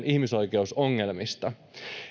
ihmisoikeusongelmista